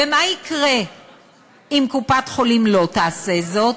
ומה יקרה אם קופת-חולים לא תעשה זאת,